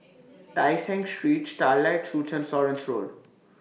Tai Seng Street Starlight Suites and Florence Road